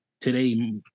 today